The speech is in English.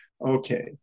Okay